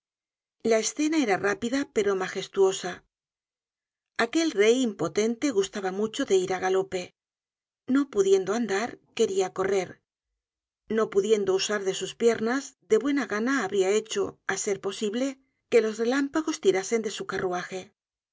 la escena era rápida pero magestuosa aquel rey impotente gustaba mucho de ir á galope no pudiendo andar quería correr no pudiendo usar de sus piernas de buena gana habria hecho á ser posible que los relámpagos tirasen de su carruaje